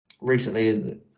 recently